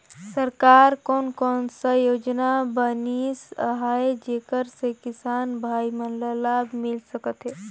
सरकार कोन कोन सा योजना बनिस आहाय जेकर से किसान भाई मन ला लाभ मिल सकथ हे?